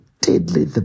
deadly